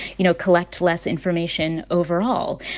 you know, collect less information overall?